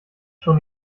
schon